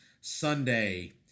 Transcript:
Sunday